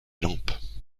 lampes